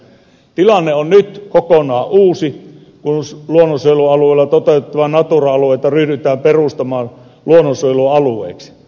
tilanne on nyt kokonaan uusi kun luonnonsuojelulailla toteuttavia natura alueita ryhdytään perustamaan luonnonsuojelualueiksi